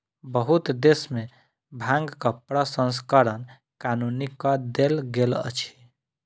बहुत देश में भांगक प्रसंस्करण कानूनी कअ देल गेल अछि